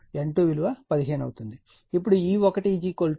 ఇప్పుడు E1 4